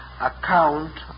account